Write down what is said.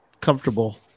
comfortable